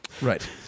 Right